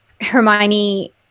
Hermione